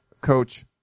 Coach